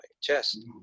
chest